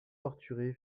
torturé